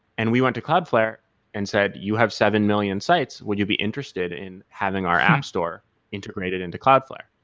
and we want to cloudflare and said, you have seven million sites. would you be interested in having our app store integrated into cloudflare?